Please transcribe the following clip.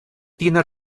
tiene